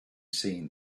seen